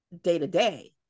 day-to-day